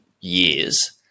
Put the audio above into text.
years